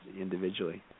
individually